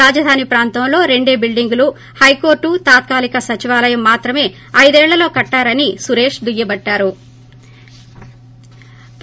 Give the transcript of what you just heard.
రాజధాని ప్రాంతంలో రెండే రెండు బిల్డింగ్లు హైకోర్టు తాత్కాలిక సచివాలయం మాత్రేమే ఐదేళ్ళ లో కట్టారని సురేష్ దుయ్యబట్టారు